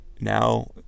now